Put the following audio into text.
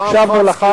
הקשבנו לך,